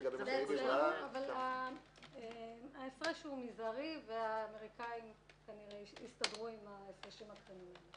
אבל ההפרש מזערי והאמריקאים כנראה יסתדרו עם ההפרשים הקטנים.